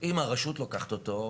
אם הרשות לוקחת אותו,